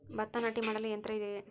ಭತ್ತ ನಾಟಿ ಮಾಡಲು ಯಂತ್ರ ಇದೆಯೇ?